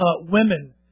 Women